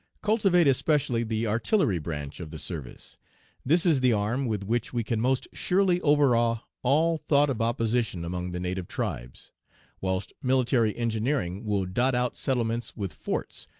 cultivate especially the artillery branch of the service this is the arm with which we can most surely overawe all thought of opposition among the native tribes whilst military engineering will dot out settlements with forts,